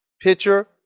pitcher